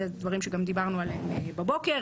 אלה דברים שדיברנו עליהם בבוקר.